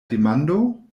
demando